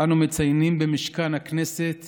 אנו מציינים במשכן הכנסת